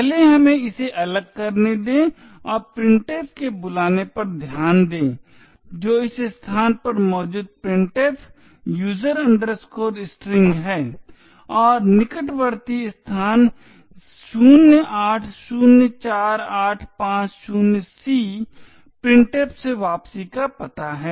पहले हमें इसे अलग करने दें और printf के बुलाने पर ध्यान दें जो इस स्थान पर मौजूद printf user string है और निकटवर्ती स्थान 0804850c printf से वापसी का पता है